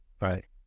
Right